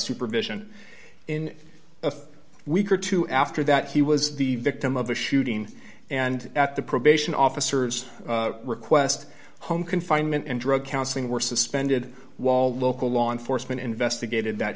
supervision in a week or two after that he was the victim of a shooting and at the probation officers request home confinement and drug counseling were suspended wall local law enforcement investigated that